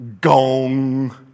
Gong